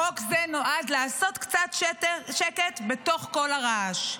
חוק זה נועד לעשות קצת שקט בתוך כל הרעש.